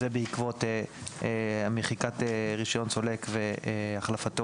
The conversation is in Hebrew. זה בעקבות מחיקת רישיון סולק והחלפתו